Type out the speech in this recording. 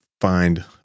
find